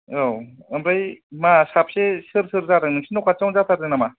औ ओमफ्राय मा साबेसे सोर सोर जादों नोंसोरनि न' खाथियावनो जाथारदों नामा